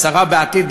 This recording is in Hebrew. שרה בעתיד,